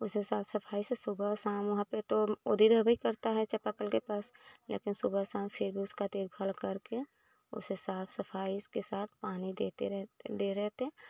उसे साफ सफाई से सुबह और शाम वहाँ पर तो उधर ही रहबे करता है चापाकल के पास लेकिन सुबह शाम फिर भी उसका देखभाल करके उसे साफ सफाई इसके साथ पानी देते रहते दे रहे थे